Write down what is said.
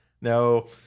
No